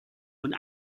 und